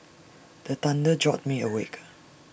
the thunder jolt me awake